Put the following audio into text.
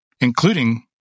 including